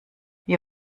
wie